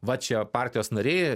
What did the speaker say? va čia partijos nariai